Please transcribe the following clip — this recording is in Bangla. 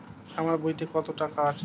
আমার বইতে কত টাকা আছে?